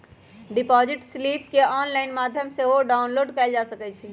deposit slip केंऑनलाइन माध्यम से सेहो डाउनलोड कएल जा सकइ छइ